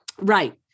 Right